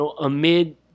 amid